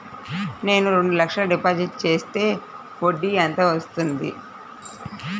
నేను రెండు లక్షల డిపాజిట్ చేస్తే వడ్డీ ఎంత వస్తుంది?